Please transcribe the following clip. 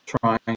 trying